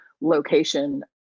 location